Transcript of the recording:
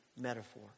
metaphor